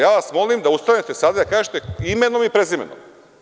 Ja vas molim da ustanete sada i da kažete imenom i prezimenom.